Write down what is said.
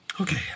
okay